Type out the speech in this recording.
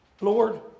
Lord